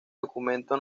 documento